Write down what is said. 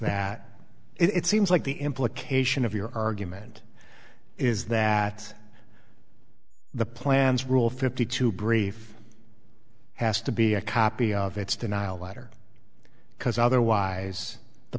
that it seems like the implication of your argument is that the plan's rule fifty two brief has to be a copy of its denial letter because otherwise the